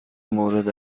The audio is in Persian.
مورد